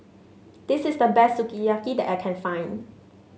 this is the best Sukiyaki that I can find